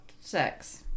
sex